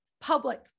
public